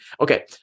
Okay